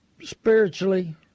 spiritually